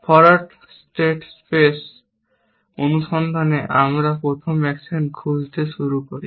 forward state space অনুসন্ধানে আমরা প্রথম অ্যাকশন খুঁজতে শুরু করি